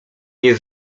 nie